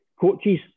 coaches